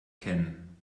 kennen